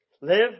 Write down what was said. Live